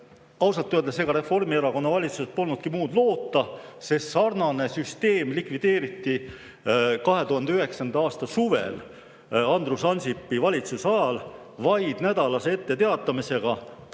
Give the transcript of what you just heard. Ausalt öeldes, ega Reformierakonna valitsuselt polnudki muud loota, sest sarnane süsteem likvideeriti 2009. aasta suvel Andrus Ansipi valitsuse ajal vaid nädalase etteteatamisega, pettes